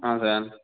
ஆ sir